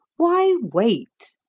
why wait?